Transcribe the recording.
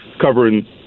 covering